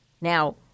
Now